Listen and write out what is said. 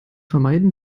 vermeiden